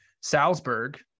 Salzburg